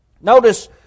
Notice